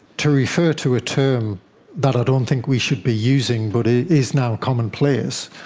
to refer to a term that i don't think we should be using but it is now commonplace,